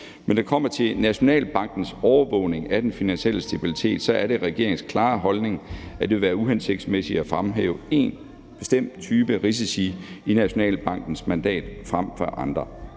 Når det kommer til Nationalbankens overvågning af den finansielle stabilitet, er det regeringens klare holdning, at det vil være uhensigtsmæssigt at fremhæve en bestemt type risici i Nationalbankens mandat frem for andre.